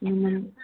ꯎꯝ